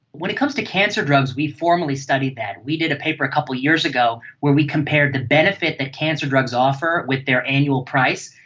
when it comes to cancer drugs we formally studied that. we did a paper a couple of years ago where we compared the benefit that cancer drugs offer with their annual price,